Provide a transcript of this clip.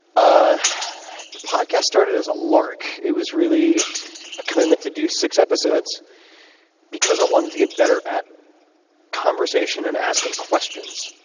ah the podcast started as a lark. it was really a commitment to do six episodes because i wanted to get better at conversation and asking questions.